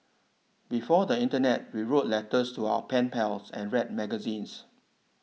before the internet we wrote letters to our pen pals and read magazines